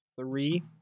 three